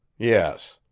yes.